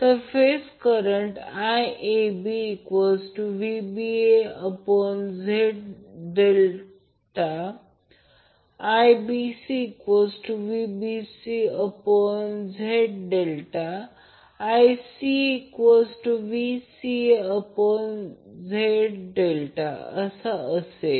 तर phase current IABVABZ∆ IBCVBCZ∆ ICAVCAZ∆ असा असेल